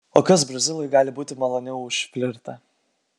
o kas brazilui gali būti maloniau už flirtą